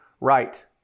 right